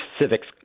civics